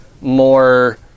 more